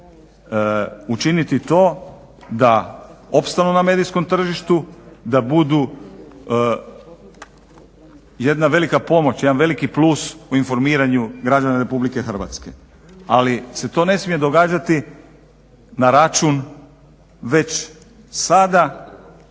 učiniti to da opstanu na medijskom tržištu, da budu jedna velika pomoć, jedan veliki plus u informiranju građana RH ali se to ne smije događati na račun već sada